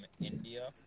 India